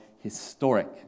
historic